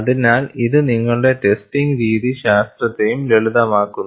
അതിനാൽ ഇത് നിങ്ങളുടെ ടെസ്റ്റിംഗ് രീതി ശാസ്ത്രത്തെയും ലളിതമാക്കുന്നു